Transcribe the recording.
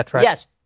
yes